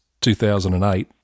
2008